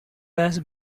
less